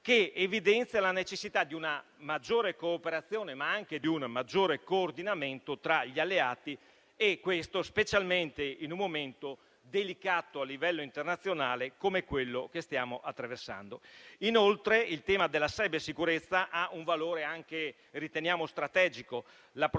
che evidenzia la necessità di una maggiore cooperazione, ma anche di un maggiore coordinamento tra gli alleati e questo specialmente in un momento delicato a livello internazionale come quello che stiamo attraversando. Inoltre, il tema della cybersicurezza ha un valore anche, a nostro parere, strategico: la protezione